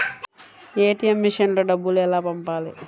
ATM మెషిన్లో డబ్బులు ఎలా పంపాలి?